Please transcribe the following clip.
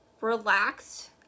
relaxed